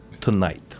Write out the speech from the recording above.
tonight